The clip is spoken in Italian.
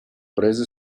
prese